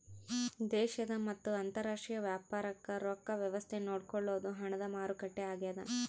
ದೇಶದ ಮತ್ತ ಅಂತರಾಷ್ಟ್ರೀಯ ವ್ಯಾಪಾರಕ್ ರೊಕ್ಕ ವ್ಯವಸ್ತೆ ನೋಡ್ಕೊಳೊದು ಹಣದ ಮಾರುಕಟ್ಟೆ ಆಗ್ಯಾದ